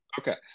Okay